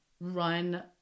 run